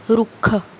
ਰੁੱਖ